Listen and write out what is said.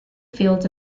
field